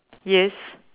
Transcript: yes